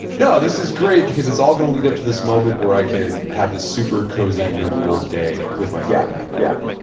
no, this is great because it's all going to lead up to this moment where i can have this super cozy, memorable day with my family yeah,